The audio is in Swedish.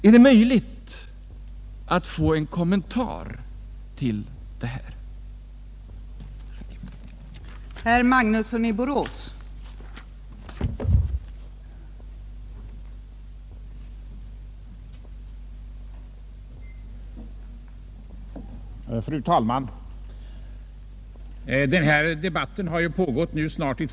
Är det möjligt att få en kommentar till detta?